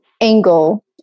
angle